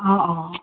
অঁ অঁ